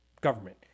government